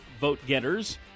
vote-getters